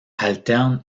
alternes